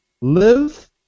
Live